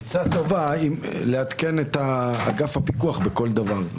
עצה טובה לעדכן את אגף הפיקוח בכל דבר.